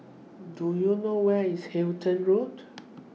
Do YOU know Where IS Halton Road